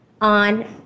on